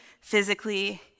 physically